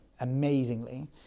amazingly